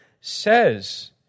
says